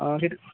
हां फिर